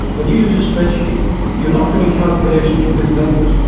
when you use a spreadsheet you're not doing calculations with numbers,